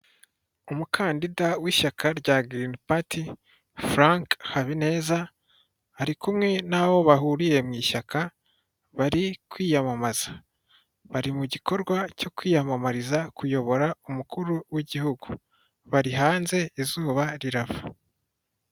Umukandida w'ishyaka rya girini pat Frank Habineza ari kumwe n'abo bahuriye mu ishyaka bari kwiyamamaza, bari mu gikorwa cyo kwiyamamariza kuyobora umukuru w'igihugu bari hanze izuba rirava.